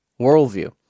worldview